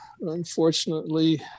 Unfortunately